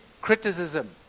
criticism